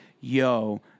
yo